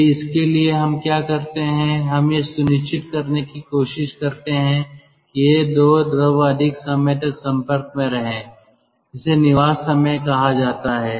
तो इसके लिए हम क्या करते हैं हम यह सुनिश्चित करने की कोशिश करते हैं कि ये 2 द्रव अधिक समय तक संपर्क में रहें इसे निवास समय कहा जाता है